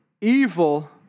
evil